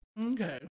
Okay